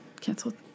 canceled